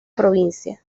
provincia